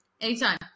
Anytime